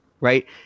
right